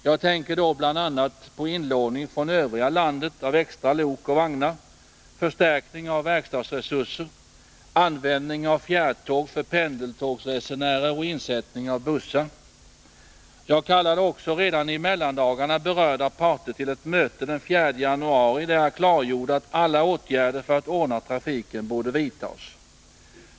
Jag tänker då bl.a. på inlåning från övriga landet av extra lok och vagnar, förstärkning av verkstadsresurser, användning av fjärrtåg för pendeltågsresenärer och insättning av bussar. Jag kallade också redan i mellandagarna berörda parter till ett möte den 4 januari, där jag klargjorde att alla åtgärder för att ordna trafiken borde vidtas.